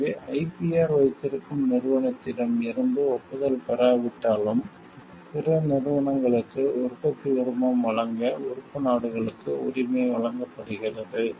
எனவே ஐபிஆர் வைத்திருக்கும் நிறுவனத்திடம் இருந்து ஒப்புதல் பெறாவிட்டாலும் பிற நிறுவனங்களுக்கு உற்பத்தி உரிமம் வழங்க உறுப்பு நாடுகளுக்கு உரிமை வழங்கப்படுகிறது